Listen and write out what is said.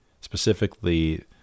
specifically